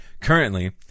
currently